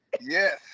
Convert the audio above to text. Yes